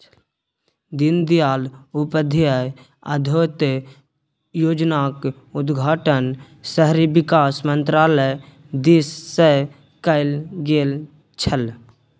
दीनदयाल उपाध्याय अंत्योदय योजनाक उद्घाटन शहरी विकास मन्त्रालय दिससँ कैल गेल छल